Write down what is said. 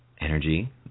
energy